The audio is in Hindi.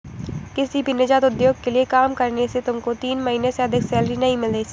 किसी भी नीजात उद्योग के लिए काम करने से तुमको तीन महीने से अधिक सैलरी नहीं मिल सकेगी